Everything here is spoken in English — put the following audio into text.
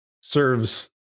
serves